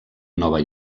nova